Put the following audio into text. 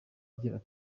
agira